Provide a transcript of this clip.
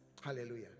Hallelujah